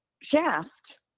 Shaft